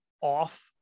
off